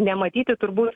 nematyti turbūt